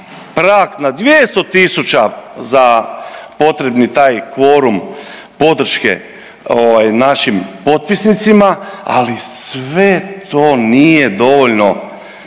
prag na 200.000 za potrebni taj kvorum podrške našim potpisnicima, ali sve to nije dovoljno